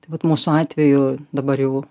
tai vat mūsų atveju dabar jau